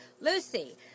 Lucy